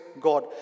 God